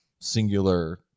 singular